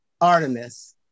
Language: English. Artemis